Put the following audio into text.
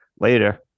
Later